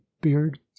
beard